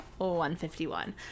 151